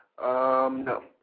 No